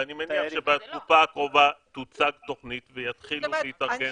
ואני מניח שבתקופה הקרובה תוצג תכנית ויתחילו להתארגן קבוצות.